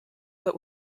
but